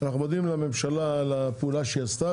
אנחנו מודים לממשלה על הפעולה שהיא עשתה,